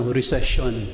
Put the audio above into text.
recession